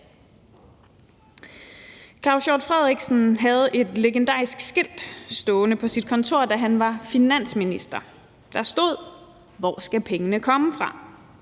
Claus Hjort Frederiksen havde et legendarisk skilt stående på sit kontor, da han var finansminister. Der stod: Hvor skal pengene komme fra?